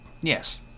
Yes